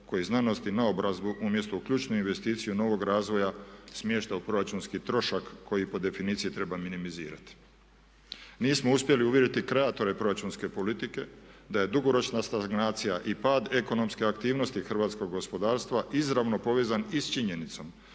koji znanost i naobrazbu umjesto u ključnu investiciju novog razvoja smješta u proračunski trošak koji po definiciji treba minimizirati. Nismo uspjeli uvjeriti kreatore proračunske politike da je dugoročna stagnacija i pad ekonomske aktivnosti hrvatskog gospodarstva izravno povezan i s činjenicom